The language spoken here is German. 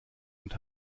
und